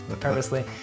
purposely